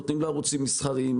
נותנים לערוצים מסחריים,